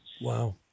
Wow